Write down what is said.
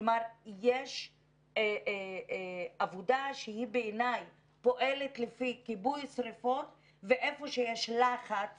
כלומר יש עבודה שהיא בעיניי פועלת לפי כיבוי שריפות ואיפה שיש לחץ